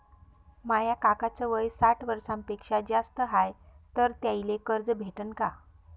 माया काकाच वय साठ वर्षांपेक्षा जास्त हाय तर त्याइले कर्ज भेटन का?